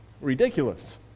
Ridiculous